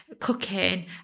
cooking